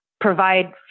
provide